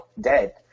dead